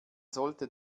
sollte